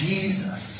Jesus